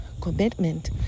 commitment